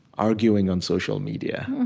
arguing on social media,